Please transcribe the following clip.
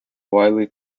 widely